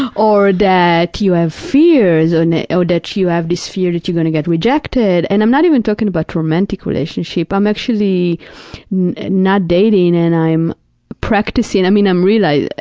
or that you have fears or and or that you have this fear that you're going to get rejected, and i'm not even talking about romantic relationship. i'm actually not dating and i'm practicing, i mean, i'm reali,